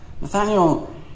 Nathaniel